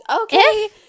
Okay